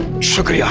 sugar. yeah